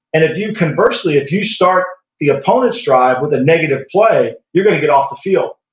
and if you conversely if you start the opponents drive with a negative play you're going to get off the field.